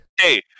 hey